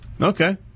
okay